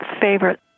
favorite